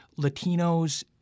Latinos